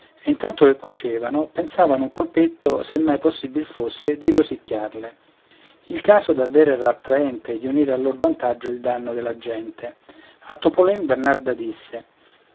e intanto che cocevano pensavano un colpetto se mai possibil fosse di rosicchiarle il caso davver era attraente di unire al lor vantaggio il danno della gente a topolon bernarda disse